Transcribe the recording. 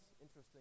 interesting